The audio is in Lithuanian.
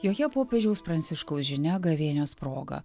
joje popiežiaus pranciškaus žinia gavėnios proga